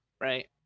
right